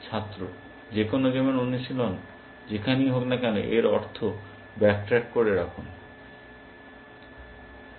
ছাত্র যেকোন গেমের অনুশীলন যেখানেই হোক না কেন এর অর্থ ব্যাক ট্র্যাক করে রাখু এটি রাখুন